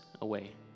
away